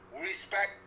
respect